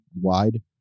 wide